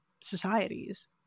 societies